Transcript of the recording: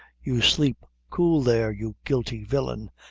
you sleep cool there, you guilty villain!